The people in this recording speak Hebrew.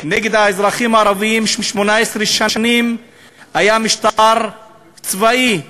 נגד האזרחים הערבים, 18 שנים היה משטר צבאי.